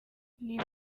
niba